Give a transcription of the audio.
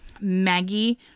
Maggie